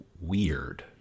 weird